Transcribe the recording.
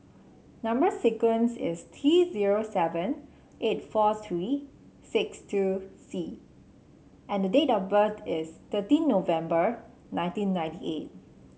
number sequence is T zero seven eight four three six two C and the date of birth is thirteen November nineteen ninety eight